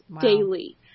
daily